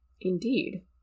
Indeed